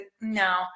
no